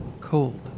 Cold